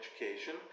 education